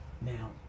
now